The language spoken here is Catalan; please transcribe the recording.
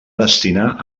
destinar